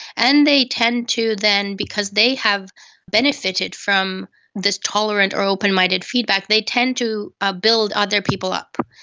and they tend to then, because they have benefited from this tolerant or open-minded feedback, they tend to ah build other people up.